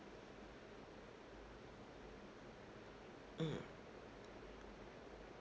mm